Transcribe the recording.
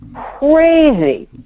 crazy